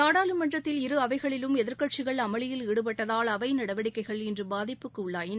நாடாளுமன்றத்தில் இரு அவைகளிலும் எதிர்கட்சிகள் அமலியில் ஈடுபட்டதால் அவை நடவடிக்கைகள் இன்று பாதிப்புக்கு உள்ளாயின